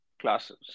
classes